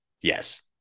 Yes